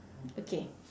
okay